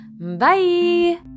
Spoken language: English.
Bye